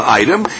item